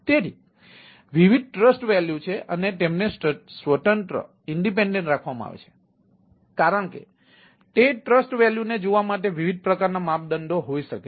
તેથી વિવિધ trust value છે અને તેમને સ્વતંત્ર રાખવામાં આવે છે કારણ કે તે ટ્રસ્ટ વેલ્યુને જોવા માટે વિવિધ પ્રકારના માપદંડો હોઈ શકે છે